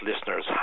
listeners